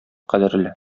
кадерле